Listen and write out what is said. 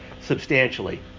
substantially